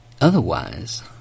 Otherwise